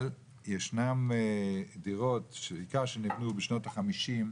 אבל ישנן דירות, בעיקר שנבנו בשנות החמישים,